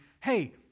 hey